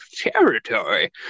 territory